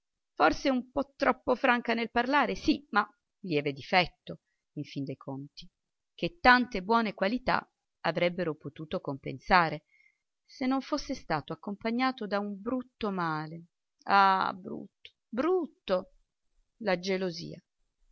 forse un po troppo franca nel parlare sì ma lieve difetto in fin dei conti che tante buone qualità avrebbero potuto compensare se non fosse stato accompagnato da un brutto male ah brutto brutto la gelosia